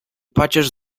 pacierz